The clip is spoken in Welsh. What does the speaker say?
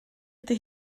ydy